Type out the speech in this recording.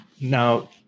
now